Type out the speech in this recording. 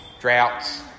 droughts